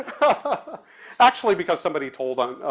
but actually because somebody told on,